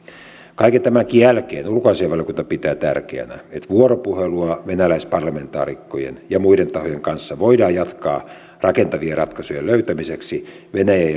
kaiken tämänkin jälkeen ulkoasiainvaliokunta pitää tärkeänä että vuoropuhelua venäläisparlamentaarikkojen ja muiden tahojen kanssa voidaan jatkaa rakentavien ratkaisujen löytämiseksi venäjän